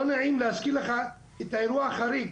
לא נעים להזכיר לך את האירוע החריג,